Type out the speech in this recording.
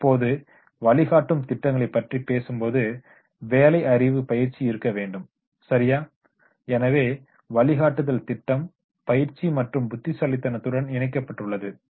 இப்போது வழிகாட்டும் திட்டங்களை பற்றிப் பேசும்போது பணியறிவு பயிற்சி இருக்க வேண்டும் சரியா எனவே வழிகாட்டுதல் திட்டம் பயிற்சி மற்றும் புத்திசாலித்தனத்துடன் இணைக்கப்பட்டுள்ளது